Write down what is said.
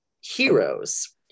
heroes